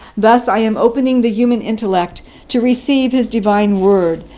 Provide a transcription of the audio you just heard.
thus i am opening the human intellect to receive his divine word,